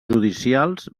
judicials